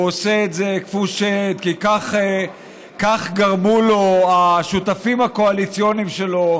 הוא עושה את זה כי לכך גרמו לו השותפים הקואליציוניים שלו.